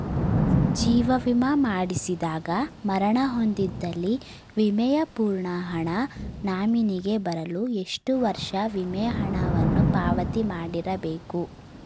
ಜೀವ ವಿಮಾ ಮಾಡಿಸಿದಾಗ ಮರಣ ಹೊಂದಿದ್ದಲ್ಲಿ ವಿಮೆಯ ಪೂರ್ಣ ಹಣ ನಾಮಿನಿಗೆ ಬರಲು ಎಷ್ಟು ವರ್ಷ ವಿಮೆ ಹಣವನ್ನು ಪಾವತಿ ಮಾಡಿರಬೇಕು?